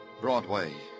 Broadway